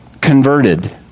converted